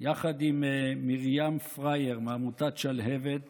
יחד עם מרים פריאר מעמותת שלהב"ת